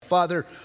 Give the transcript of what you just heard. Father